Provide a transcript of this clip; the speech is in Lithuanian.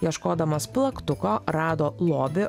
ieškodamas plaktuko rado lobį